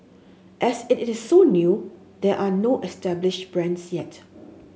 as it is so new there are no established brands yet